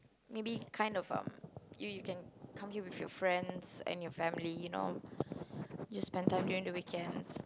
maybe kind of um you you can come here with your friends and your family you know just spend time during the weekends